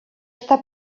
està